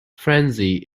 frenzy